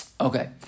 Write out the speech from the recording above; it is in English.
Okay